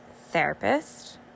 therapist